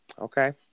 Okay